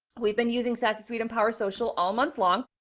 we've been using stats to sweden, power social all month long.